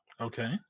okay